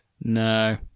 No